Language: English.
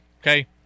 Okay